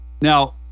Now